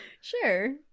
Sure